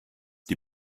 die